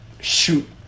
shoot